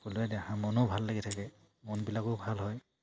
সকলোৰে দেহা মনো ভাল লাগি থাকে মনবিলাকো ভাল হয়